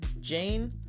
Jane